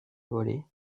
voler